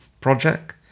project